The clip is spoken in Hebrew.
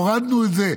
הורדנו את זה.